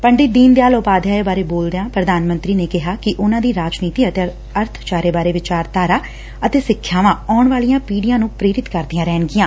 ਪੰਡਿਤ ਦੀਨ ਦਿਆਲ ਉਪਾਧਿਆਏ ਬਾਰੇ ਬੋਲਦਿਆ ਪ੍ਰਧਾਨ ਮੰਤਰੀ ਨੇ ਕਿਹਾ ਕਿ ਉਨਾ ਦੀ ਰਾਜਨੀਤੀ ਅਤੇ ਅਰਥਚਾਰੇ ਬਾਰੇ ਵਿਚਾਰਵਾਧਾ ਅਤੇ ਸਿਖਿਆਵਾਂ ਆਉਣ ਵਾਲੀਆਂ ਪੀੜੀਆਂ ਨੂੰ ਪੇਰਿਤ ਕਰਦੀਆਂ ਰਹਿਣਗੀਆਂ